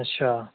अच्छा